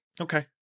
Okay